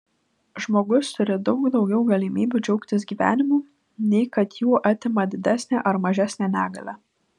žmogus turi daug daugiau galimybių džiaugtis gyvenimu nei kad jų atima didesnė ar mažesnė negalia